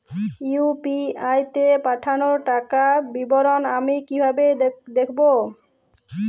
UPI তে পাঠানো টাকার বিবরণ আমি কিভাবে দেখবো?